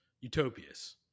utopias